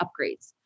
upgrades